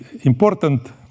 important